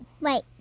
Right